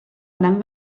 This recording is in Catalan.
gran